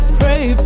pray